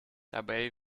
dabei